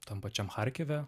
tam pačiam charkive